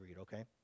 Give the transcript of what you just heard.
okay